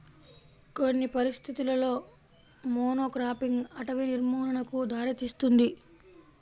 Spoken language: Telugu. కొన్ని పరిస్థితులలో మోనోక్రాపింగ్ అటవీ నిర్మూలనకు దారితీస్తుంది